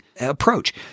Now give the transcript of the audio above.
approach